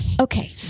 Okay